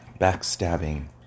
backstabbing